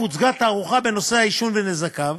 הוצגה תערוכה בנושא העישון ונזקיו.